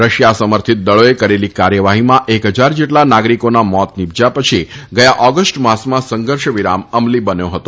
Russia સમર્થિત દળોએ કરેલી કાર્યવાહીમાં એક હજાર જેટલા નાગરીકોના મોત નિપજયા પછી ગયા ઓગષ્ટ માસમાં સંઘર્ષ વિરામ અમલી બન્યો હતો